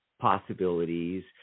possibilities